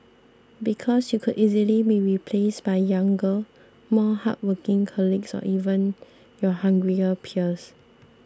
because you could easily be replaced by younger more hardworking colleagues or even your hungrier peers